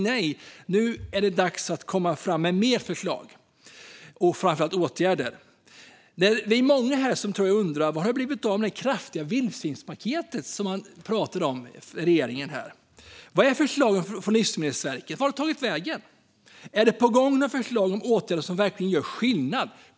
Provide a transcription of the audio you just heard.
Nej, nu är det dags att komma med fler förslag och framför allt åtgärder. Jag tror att vi är många här som undrar vad som har hänt med det kraftiga vildsvinspaketet som regeringen pratade om. Var är förslagen från Livsmedelsverket? Vart har de tagit vägen? Är det på gång några förslag om åtgärder som verkligen gör skillnad?